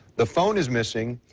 the phone is missing,